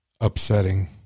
upsetting